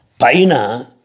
Paina